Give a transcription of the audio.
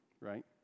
right